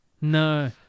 No